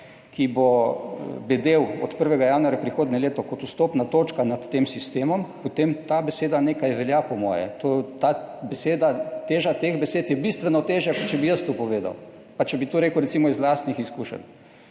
ki bo bedel od 1. januarja prihodnje leto kot vstopna točka nad tem sistemom, potem ta beseda nekaj velja, po moje. Teža teh besed je bistveno težja, kot če bi jaz to povedal, pa če bi to rekel recimo iz lastnih izkušenj,